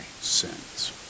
sins